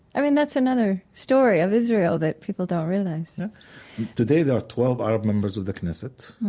i mean, that's another story of israel that people don't realize today there are twelve arab members of the knesset.